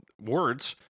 words